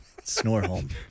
Snorholm